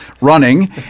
running